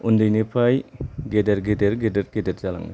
उन्दैनिफ्राय गेदेर गेदेर जालाङो